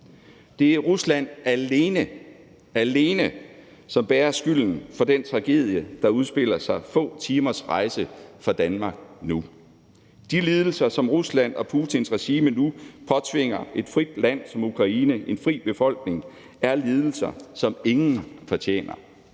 Det er Rusland alene – alene – som bærer skylden for den tragedie, der udspiller sig få timers rejse fra Danmark nu. De lidelser, som Rusland og Putins regime nu påtvinger et frit land som Ukraine, en fri befolkning, er lidelser, som ingen fortjener.